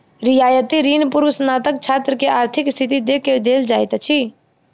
रियायती ऋण पूर्वस्नातक छात्र के आर्थिक स्थिति देख के देल जाइत अछि